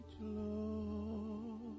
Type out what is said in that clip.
Lord